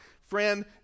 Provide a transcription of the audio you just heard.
friend